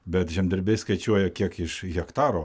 bet žemdirbiai skaičiuoja kiek iš hektaro